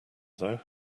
though